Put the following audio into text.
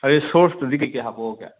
ꯍꯥꯏꯗꯤ ꯁꯣꯁꯇꯨꯗꯤ ꯀꯩꯀꯩ ꯍꯥꯞꯄꯛꯎꯒꯦ